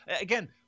Again